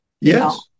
Yes